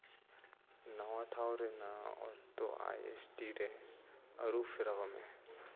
ᱱᱟᱣᱟ ᱴᱷᱟᱶ ᱨᱮ ᱱᱟᱣᱟ ᱚᱠᱛᱚ ᱟᱭ ᱮᱥ ᱴᱤ ᱨᱮ ᱟᱹᱨᱩ ᱯᱷᱮᱨᱟᱣᱟᱞᱮ